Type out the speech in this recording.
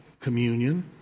Communion